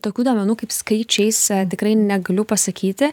tokių duomenų kaip skaičiais tikrai negaliu pasakyti